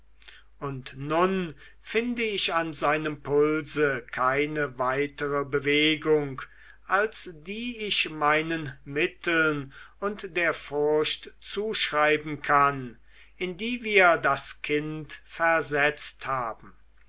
und nun finde ich an seinem pulse keine weitere bewegung als die ich mei nen mitteln und der furcht zuschreiben kann in die wir das kind versetzt haben